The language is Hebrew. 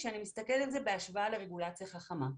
כאשר נסתכל על זה בהשוואה לרגולציה חכמה,